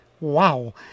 Wow